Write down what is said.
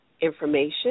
information